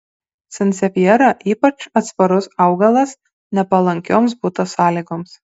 sansevjera ypač atsparus augalas nepalankioms buto sąlygoms